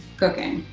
cooking.